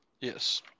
yes